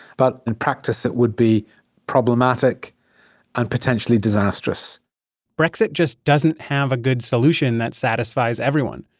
but in practice, it would be problematic and potentially disastrous brexit just doesn't have a good solution that satisfies everyone.